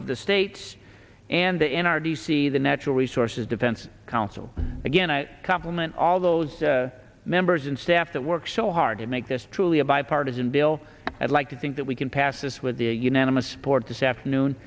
of the states and the n r d c the natural resources defense council again a complement all those members and staff that work so hard to make this truly a bipartisan bill i'd like to think that we can pass this with the unanimous support this afternoon